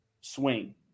swing